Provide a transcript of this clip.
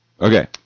okay